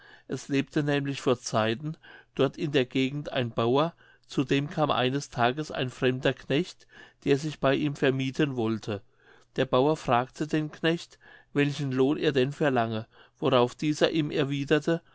es lebte nämlich vor zeiten dort in der gegend ein bauer zu dem kam eines tages ein fremder knecht der sich bei ihm vermiethen wollte der bauer fragte den knecht welchen lohn er denn verlange worauf dieser ihm erwiederte